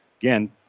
again